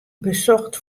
besocht